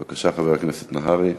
בבקשה, חבר הכנסת נהרי.